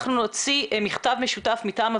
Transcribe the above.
אנחנו נוציא מכתב משותף מטעם הוועדה.